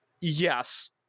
Yes